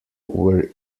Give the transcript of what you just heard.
were